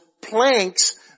planks